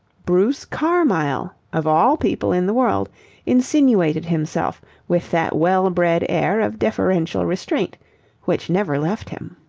bruce carmyle of all people in the world insinuated himself with that well-bred air of deferential restraint which never left him.